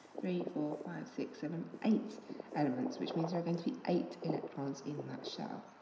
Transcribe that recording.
three, four, five, six, seven, eight elements, which means there are going to be eight electrons in that shell.